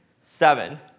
seven